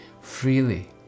freely